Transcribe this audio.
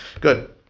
Good